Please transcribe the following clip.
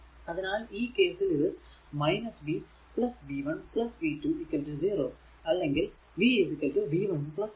അതിനാൽ ഈ കേസിൽ ഇത് v v 1 v 2 0 അല്ലെങ്കിൽ v v 1 v 2